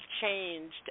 changed